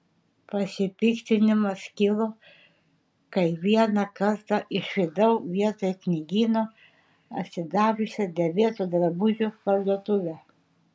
pasipiktinimas kilo kai vieną kartą išvydau vietoj knygyno atsidariusią dėvėtų drabužių parduotuvę